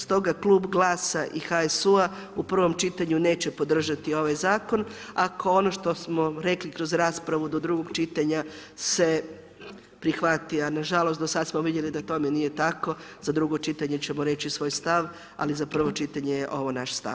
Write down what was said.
Stoga Klub GLAS-a i HSU-a u prvom čitanju neće podržati ovaj Zakon ako ono što smo rekli kroz raspravu do drugog čitanja se prihvati, a nažalost do sad smo vidjeli da tome nije tako, za drugo čitanje ćemo reći svoj stav, ali za prvo čitanje je ovo naš stav.